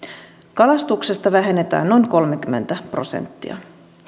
kalastuksesta vähennetään noin kolmekymmentä prosenttia